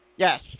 Yes